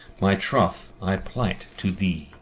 my troth i plight to thee.